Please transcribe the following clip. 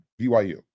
BYU